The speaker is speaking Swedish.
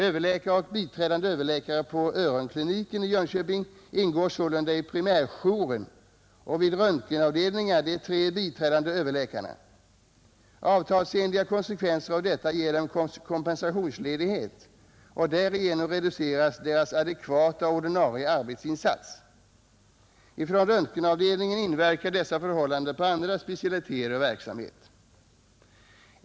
Överläkare och biträdande överläkare på öronkliniken ingår sålunda i primärjouren, och vid röntgenavdelningen de tre biträdande överläkarna, Avtalsenliga konsekvenser av detta ger dem kompensationsledighet och därigenom reduceras deras adekvata ordinarie arbetsinsats. Från röntgenavdelningen inverkar dessa förhållanden på andra specialiteters verksamhet.